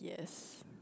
yes